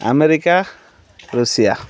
America Russia